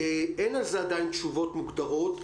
אין על זה עדיין תשובות מוגדרות.